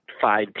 five